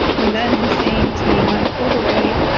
and then him saying to me, when i pulled away,